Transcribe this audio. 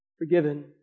Forgiven